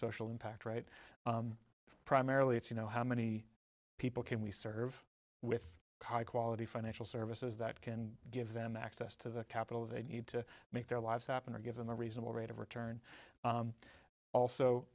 social impact right primarily it's you know how many people can we serve with chi quality financial services that can give them access to the capital they need to make their lives happen or give them a reasonable rate of return also